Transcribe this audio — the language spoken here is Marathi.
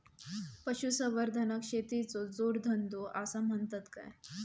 पशुसंवर्धनाक शेतीचो जोडधंदो आसा म्हणतत काय?